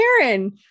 Karen